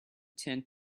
tank